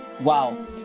wow